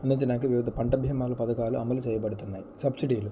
అందించడాకి వివిధ పంట భీమాలు పథకాలు అమలు చేయబడుతున్నాయి సబ్సీడీలు